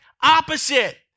opposite